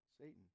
Satan